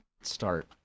start